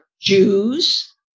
Jews